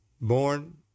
born